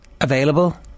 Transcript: available